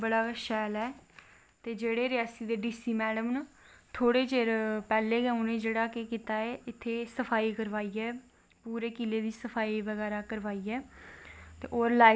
घ्यो च रपेआ डबाईयै ते उत्थें दवारै कन्नै चिपकाया हा उत्थें जाने आस्तै चलना पौंदा ऐ ते पालकियां बी हैन घोड़े बी हैन भिट्ठू बी हैन तुस अपनी स्हूलत कन्नै जाई सकदे ओ